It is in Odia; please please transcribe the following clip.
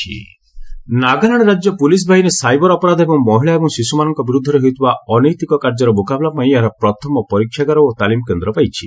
ନାଗାଲାଣ୍ଡ ଟ୍ରେନିଂ ନାଗାଲାଣ୍ଡ ରାଜ୍ୟ ପ୍ରଲିସ ବାହିନୀ ସାଇବର ଅପରାଧ ଏବଂ ମହିଳା ଏବଂ ଶିଶୁମାନଙ୍କ ବିରୁଦ୍ଧରେ ହେଉଥିବା ଅନୈତିକ କାର୍ଯ୍ୟର ମୁକାବିଲା ପାଇଁ ଏହାର ପ୍ରଥମ ପରୀକ୍ଷାଗାର ଓ ତାଲିମ କେନ୍ଦ୍ର ପାଇଛି